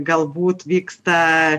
galbūt vyksta